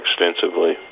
extensively